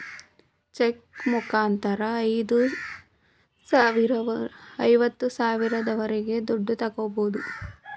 check ಮುಖಾಂತರ ಐವತ್ತು ಸಾವಿರದವರೆಗೆ ದುಡ್ಡು ತಾಗೋಬೋದು